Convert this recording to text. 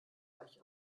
reich